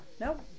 nope